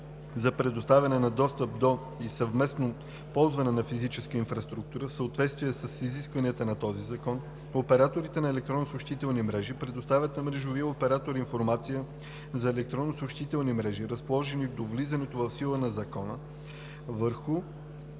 за предоставяне на достъп до и съвместно ползване на физическата инфраструктура в съответствие с изискванията на този закон, операторите на електронни съобщителни мрежи предоставят на мрежовия оператор информация за електронните съобщителни мрежи, разположени до влизането в сила на закона върху,